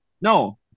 No